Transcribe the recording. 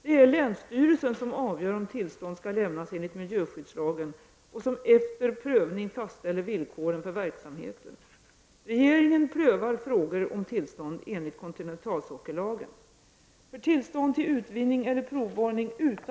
Det är länsstyrelsen som avgör om tillstånd skall lämnas enligt miljöskyddslagen och som efter prövning fastställer villkoren för verksamheten. Regeringen prövar frågor om tillstånd enligt kontinentalsockellagen.